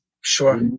Sure